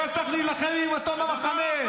בטח נילחם עם עיתון במחנה.